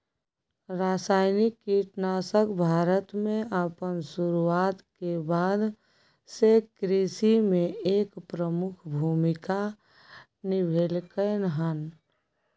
रासायनिक कीटनाशक भारत में अपन शुरुआत के बाद से कृषि में एक प्रमुख भूमिका निभलकय हन